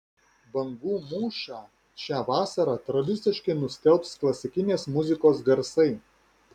bangų mūšą šią vasarą tradiciškai nustelbs klasikinės muzikos garsai